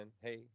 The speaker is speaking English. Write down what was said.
hey